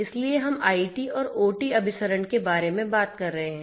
इसलिए हम IT और OT अभिसरण के बारे में बात कर रहे हैं